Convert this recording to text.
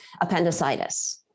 appendicitis